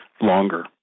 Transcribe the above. longer